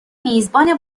میزبان